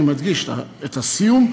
אני מדגיש את הסיום,